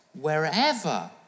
wherever